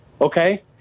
okay